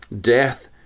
death